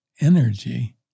energy